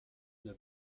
nur